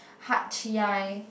Hatyai